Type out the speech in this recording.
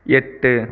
எட்டு